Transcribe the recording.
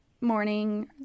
morning